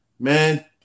Man